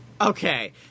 Okay